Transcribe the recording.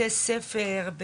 ספר,